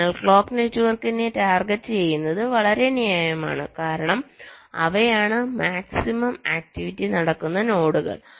അതിനാൽ ക്ലോക്ക് നെറ്റ്വർക്കിനെ ടാർഗെറ്റുചെയ്യുന്നത് വളരെ ന്യായമാണ് കാരണം അവയാണ് മാക്സിമം ആക്ടിവിറ്റി നടക്കുന്ന നോഡുകൾ